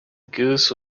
goose